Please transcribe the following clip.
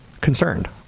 concerned